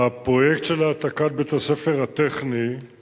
הפרויקט של העתקת בית-הספר הטכני הוא